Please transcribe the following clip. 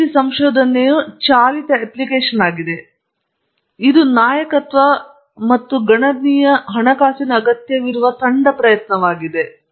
ಅಭಿವೃದ್ಧಿ ಸಂಶೋಧನೆಯು ಚಾಲಿತ ಅಪ್ಲಿಕೇಶನ್ ಆಗಿದೆ ಇದು ನಾಯಕತ್ವ ಮತ್ತು ಗಣನೀಯ ಹಣಕಾಸಿನ ಅಗತ್ಯವಿರುವ ತಂಡ ಪ್ರಯತ್ನವಾಗಿದೆ